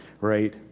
right